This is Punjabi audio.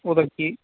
ਓਦਾ ਕੀ